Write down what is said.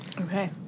Okay